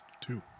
Two